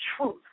truth